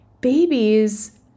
babies